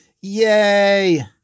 Yay